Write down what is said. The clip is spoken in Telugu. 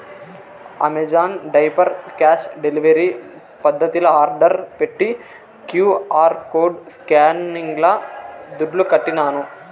అమెజాన్ డైపర్ క్యాష్ డెలివరీ పద్దతిల ఆర్డర్ పెట్టి క్యూ.ఆర్ కోడ్ స్కానింగ్ల దుడ్లుకట్టినాను